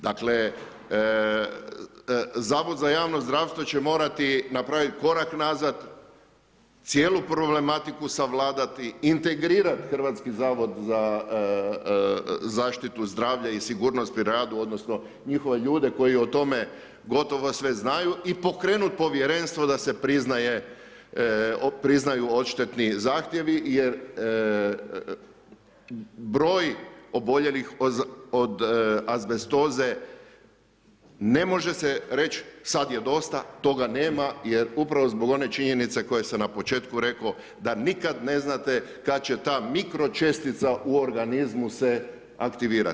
Dakle, Zavod za javno zdravstvo će morati napraviti korak nazad, cijelu problematiku savladati, integrirati Hrvatski zavod za zaštitu zdravlja i sigurnosti na radu odnosno njihove ljude koji o tome gotovo sve znaju i pokrenuti Povjerenstvo da se priznaju odštetni zahtjevi jer broj oboljelih od azbestoze ne može se reći, sad je dosta, toga nema, jer upravo zbog one činjenice koju sam na početku rekao, da nikada ne znate kada će ta mikročestica u organizmu se aktivirati.